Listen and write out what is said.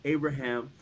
Abraham